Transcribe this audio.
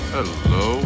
Hello